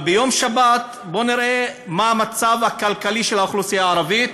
בואו נראה, מה המצב הכלכלי של האוכלוסייה הערבית?